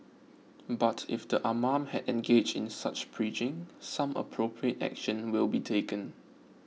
but if the imam had engaged in such preaching some appropriate action will be taken